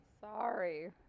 Sorry